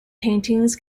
paintings